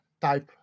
type